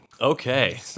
Okay